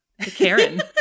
Karen